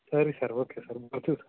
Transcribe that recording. ಸರಿ sir okay sir ಬರ್ತೀವಿ sir